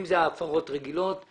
אם אלה הפרות רגילות,